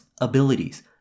abilities